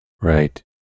right